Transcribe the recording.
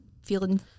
feeling